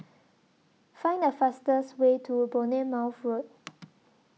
Find The fastest Way to A Bournemouth Road